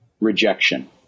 rejection